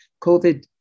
COVID